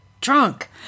drunk